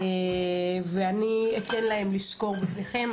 אני אתן להם לסקור לפניכם.